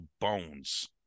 bones